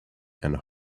and